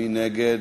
מי נגד?